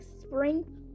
spring